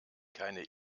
keine